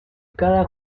cada